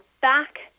back